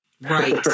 Right